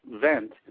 vent